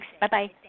Bye-bye